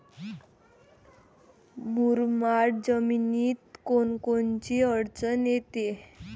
मुरमाड जमीनीत कोनकोनची अडचन येते?